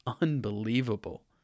unbelievable